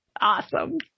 Awesome